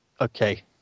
Okay